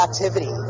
activity